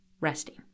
resting